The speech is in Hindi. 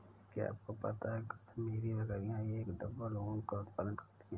क्या आपको पता है कश्मीरी बकरियां एक डबल ऊन का उत्पादन करती हैं?